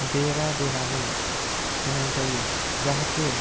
बेरा दोनानै होनाय जायो जाहाथे